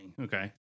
Okay